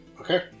Okay